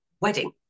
wedding